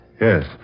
Yes